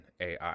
AI